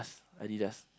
us Adidas